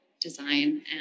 design